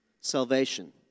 salvation